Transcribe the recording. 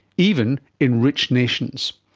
even in rich nations.